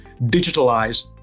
digitalize